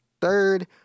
third